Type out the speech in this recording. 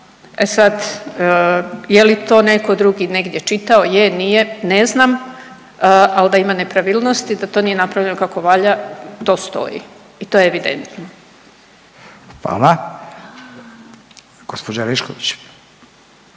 e sad, je li to netko drugi negdje čitao, je, nije, ne znam, ali da ima nepravilnosti, da to nije napravljeno kako valja, to stoji i to je evidentno. **Radin,